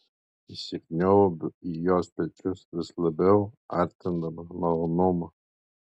įsikniaubiu į jos pečius vis labiau artindamas malonumą